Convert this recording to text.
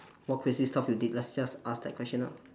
what crazy stuff you did let's just ask that question ah